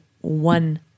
one